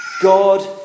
God